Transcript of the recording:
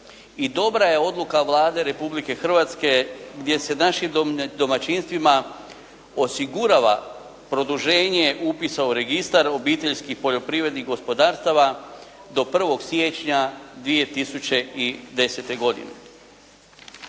i dobra je odluka Vlade Republike Hrvatske gdje se našim domaćinstvima osigurava produženje upisa u registar obiteljskih poljoprivrednih gospodarstava do 1. siječnja 2010. godine.